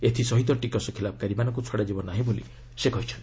ଏଥିସହ ଟିକସ ଖିଲାପକାରୀମାନଙ୍କୁ ଛଡ଼ାଯିବ ନାହିଁ ବୋଲି ସେ କହିଛନ୍ତି